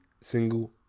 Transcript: single